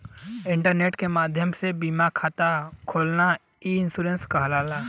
internet के माध्यम से बीमा खाता खोलना ई इन्शुरन्स कहलाला